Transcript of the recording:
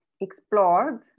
explored